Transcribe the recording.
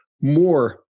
more